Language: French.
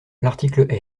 l’article